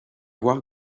voir